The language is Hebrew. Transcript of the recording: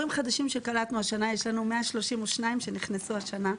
מורים חדשים שקלטנו השנה - יש לנו 132 שנכנסו השנה,